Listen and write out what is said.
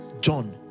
John